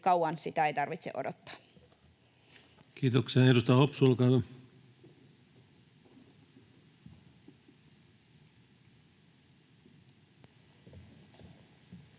kauan sitä ei tarvitse odottaa. Kiitoksia. — Edustaja Hopsu,